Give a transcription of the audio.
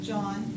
John